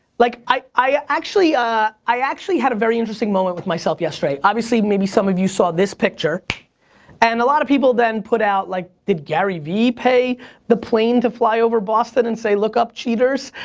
like i actually ah i actually had a very interesting moment with myself yesterday. obviously, maybe some of you saw this picture and a lot of people then put out, like did gary vee pay the plane to fly over boston and say look up cheaters?